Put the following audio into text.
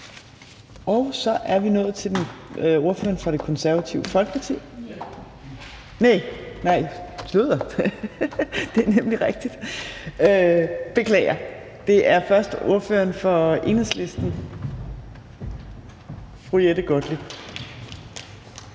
Så er vi nået til ordføreren for Det Konservative Folkeparti. Nej, beklager, det er først ordføreren for Enhedslisten, fru Jette Gottlieb.